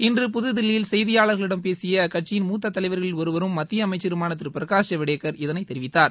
இன்று புத்தில்லியில் செய்தியாளர்களிடம் பேசிய அக்கட்சியின் மூத்த தலைவர்களில் ஒருவரும் மத்திய அமைச்சருமான திரு பிரகாஷ் ஜவ்டேகர் இதனை தெரிவித்தார்